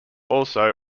also